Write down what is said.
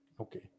Okay